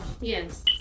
Yes